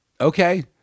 Okay